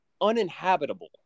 uninhabitable